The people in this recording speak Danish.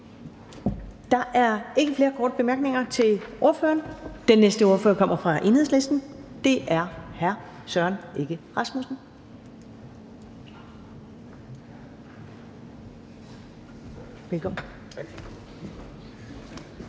Der er ikke flere korte bemærkninger til ordføreren. Den næste ordfører kommer fra Enhedslisten, og det er hr. Søren Egge Rasmussen.